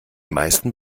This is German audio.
meisten